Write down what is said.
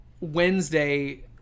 Wednesday